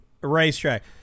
racetrack